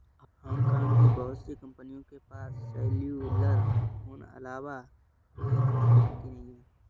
Hong Kong की बहुत सी कंपनियों के पास सेल्युलर फोन अलावा कोई अचल संपत्ति नहीं है